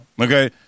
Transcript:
okay